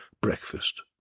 breakfast